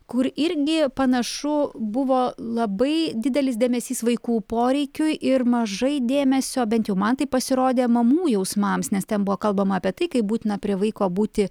kur irgi panašu buvo labai didelis dėmesys vaikų poreikiui ir mažai dėmesio bent jau man taip pasirodė mamų jausmams nes ten buvo kalbama apie tai kaip būtina prie vaiko būti